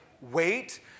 wait